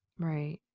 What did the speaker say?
Right